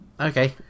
Okay